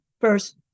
first